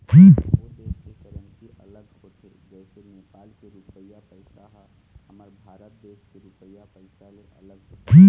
सब्बो देस के करेंसी अलग होथे जइसे नेपाल के रुपइया पइसा ह हमर भारत देश के रुपिया पइसा ले अलग होथे